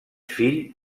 fill